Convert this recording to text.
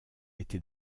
était